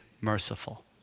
merciful